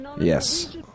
Yes